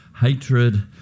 hatred